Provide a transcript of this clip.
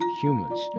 humans